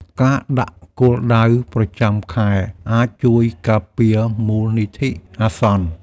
ការដាក់គោលដៅប្រចាំខែអាចជួយការពារមូលនិធិអាសន្ន។